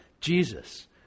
Jesus